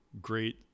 great